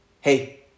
hey